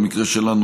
במקרה שלנו,